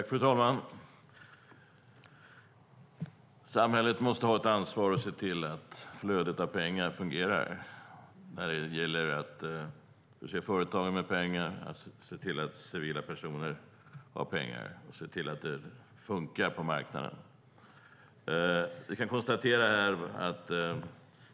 Fru talman! Samhället måste ha ett ansvar att se till att flödet av pengar fungerar när det gäller att förse företag med pengar, att se till att civila personer har pengar och att se till att det funkar på marknaden.